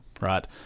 right